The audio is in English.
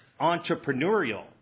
entrepreneurial